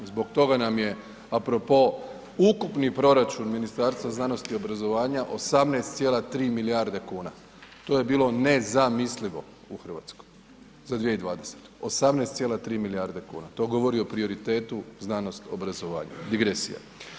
Zbog toga nam je a propo ukupni proračun Ministarstva znanosti i obrazovanja 18,3 milijarde kuna, to je bilo nezamislivo u Hrvatskoj za 2020. 18,3 milijarde kuna, to govori o prioritetu znanost, obrazovanja, digresija.